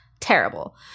terrible